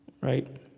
right